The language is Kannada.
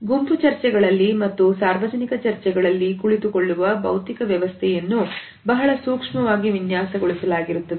ಗುಂಪು ಚರ್ಚೆಗಳಲ್ಲಿ ಮತ್ತು ಸಾರ್ವಜನಿಕ ಚರ್ಚೆಗಳಲ್ಲಿ ಕುಳಿತುಕೊಳ್ಳುವ ಭೌತಿಕ ವ್ಯವಸ್ಥೆಯನ್ನು ಬಹಳ ಸೂಕ್ಷ್ಮವಾಗಿ ವಿನ್ಯಾಸಗೊಳಿಸಲಾಗಿರುತ್ತದೆ